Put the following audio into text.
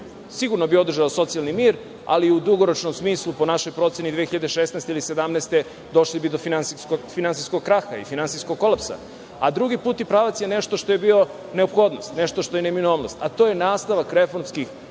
sigurno održao socijalni mir, ali u dugoročnom smislu, po našoj proceni, 2016. godine ili 2017. godine došli bi do finansijskog kraha i finansijskog kolapsa. Drugi putni pravac je nešto što je bila neophodnost, nešto što je neminovnost, a to je nastavak reformskih procesa,